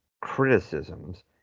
criticisms